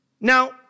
Now